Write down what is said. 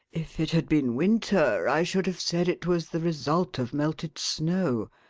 if it had been winter, i should have said it was the result of melted snow.